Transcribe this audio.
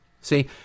See